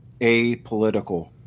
apolitical